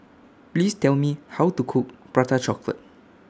Please Tell Me How to Cook Prata Chocolate